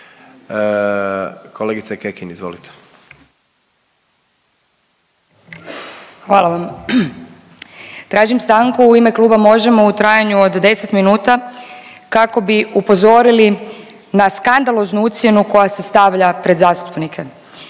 **Kekin, Ivana (NL)** Hvala vam. Tražim stanku u ime Kluba Možemo! u trajanju od 10 minuta kako bi upozorili na skandaloznu ucjenu koja se stavlja pred zastupnike.